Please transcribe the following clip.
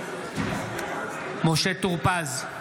נגד משה טור פז,